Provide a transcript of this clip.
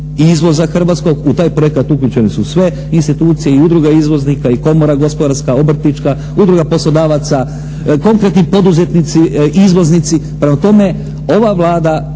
izvoza hrvatskog u taj projekat uključene su sve institucije i udruge izvoznika i Komora gospodarska, obrtnička, Udruga poslodavaca, konkretni poduzetnici, izvoznici. Prema tome ova Vlada